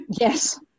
yes